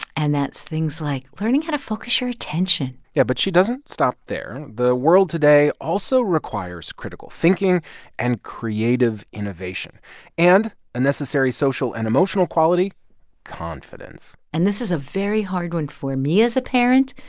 and that's things like learning how to focus your attention yeah, but she doesn't stop there. the world today also requires critical thinking and creative innovation and a necessary social and emotional quality confidence and this is a very hard one for me as a parent,